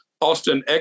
Austin